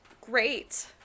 Great